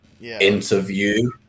interview